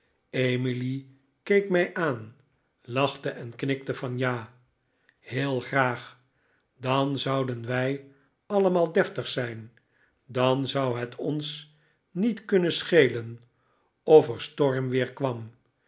emily keek mij aan lachte en knikte van ja heel graag dan zouden wij allemaal deftig zijn dan zou het ons niet kunnen schelen of er stormweer kwam